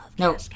No